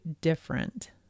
different